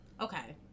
Okay